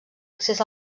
accés